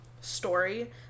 story